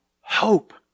hope